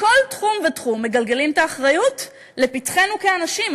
בכל תחום ותחום מגלגלים את האחריות לפתחנו כאנשים,